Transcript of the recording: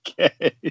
Okay